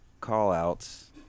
call-outs